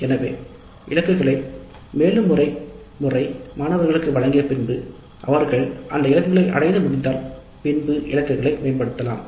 எனவே இலக்குகளை மேலுமொரு மை மாணவர்களுக்கு வழங்கிய பின்பு இலக்குகளை மேம்படுத்துதலை குறித்து ஆலோசிக்கலாம்